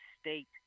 state